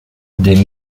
des